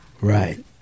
Right